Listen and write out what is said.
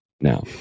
Now